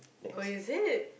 oh is it